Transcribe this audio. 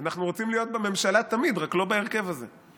אנחנו רוצים להיות בממשלה תמיד, רק לא בהרכב הזה.